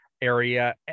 area